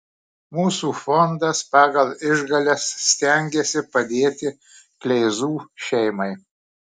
mūsų fondas pagal išgales stengiasi padėti kleizų šeimai